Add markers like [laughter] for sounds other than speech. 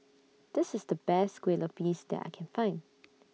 This IS The Best Kueh Lupis that I Can Find [noise]